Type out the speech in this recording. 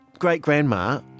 great-grandma